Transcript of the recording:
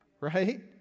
Right